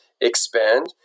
expand